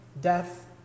death